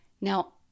Now